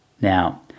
Now